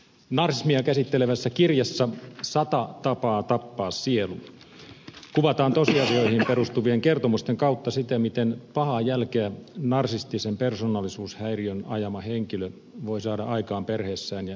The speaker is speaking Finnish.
narsismia käsittelevässä kirjassa sata tapaa tappaa sielu kuvataan tosiasioihin perustuvien kertomusten kautta sitä miten pahaa jälkeä narsistisen persoonallisuushäiriön ajama henkilö voi saada aikaan perheessään ja lähipiirissään